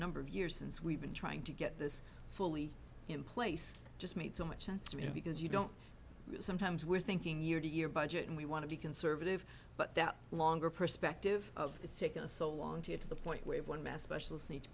number of years since we've been trying to get this fully in place just made so much sense you know because you don't sometimes we're thinking year to year budget and we want to be conservative but that longer perspective it's taken so long to get to the point where one mass special